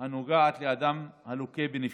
הנוגעת לאדם הלוקה בנפשו.